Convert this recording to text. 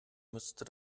müsste